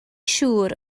siŵr